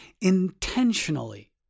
intentionally